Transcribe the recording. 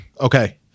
okay